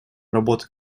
работу